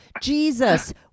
Jesus